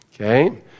okay